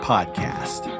Podcast